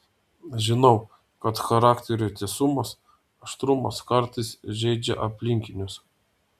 žinau kad charakterio tiesumas aštrumas kartais žeidžia aplinkinius